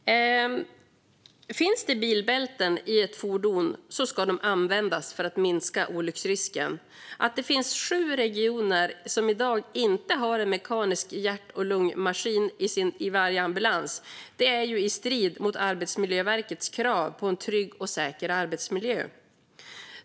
Fru talman! Finns det bilbälten i ett fordon ska de användas för att minska olycksrisken. Att det finns sju regioner som i dag inte har en mekanisk hjärt och lungmaskin i varje ambulans är i strid mot Arbetsmiljöverkets krav på en trygg och säker arbetsmiljö.